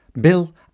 Bill